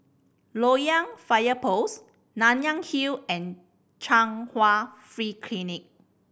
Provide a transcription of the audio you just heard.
Loyang Fire Post Nanyang Hill and Chung Hwa Free Clinic